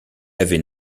avait